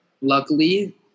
Luckily